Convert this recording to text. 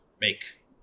make